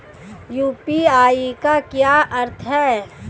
UPI का क्या अर्थ है?